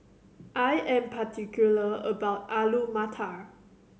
I am particular about Alu Matar